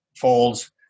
folds